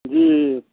जी